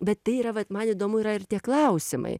bet tai yra vat man įdomu yra ir tie klausimai